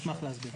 אני אשמח להסביר.